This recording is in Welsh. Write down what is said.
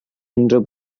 unrhyw